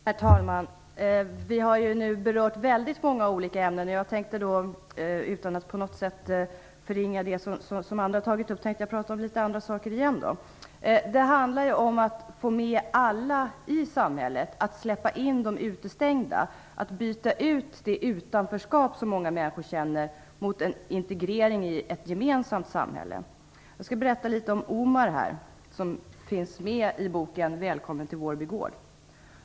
Herr talman! Vi har nu berört väldigt många olika ämnen. Utan att på något sätt förringa det som andra tagit upp tänkte jag prata om litet andra saker igen. Det handlar om att få med alla i samhället, att släppa in de utestängda och att byta ut det utanförskap som många människor känner mot en integrering i ett gemensamt samhälle. Jag skall berätta litet om Omar. Han finns med i boken Välkommen till Vårby gård.